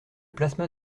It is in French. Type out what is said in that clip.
plasma